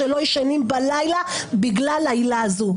שלא ישנים בלילה בגלל העילה הזאת.